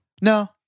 No